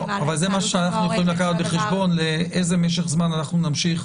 אבל זה משהו שאנחנו יכולים לקחת בחשבון לאיזה משך זמן אנחנו נמשיך